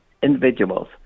individuals